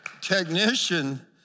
technician